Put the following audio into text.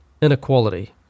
inequality